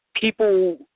people –